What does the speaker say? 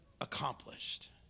accomplished